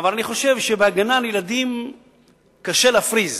אבל אני חושב שבהגנה על ילדים קשה להפריז.